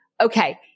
Okay